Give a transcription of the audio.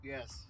Yes